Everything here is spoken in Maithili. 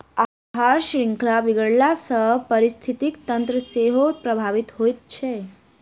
आहार शृंखला बिगड़ला सॅ पारिस्थितिकी तंत्र सेहो प्रभावित होइत छै